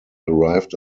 arrived